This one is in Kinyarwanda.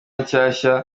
nshyashya